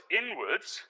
inwards